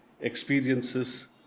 experiences